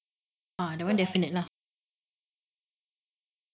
ah the one definite lah